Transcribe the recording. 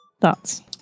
thoughts